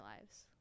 lives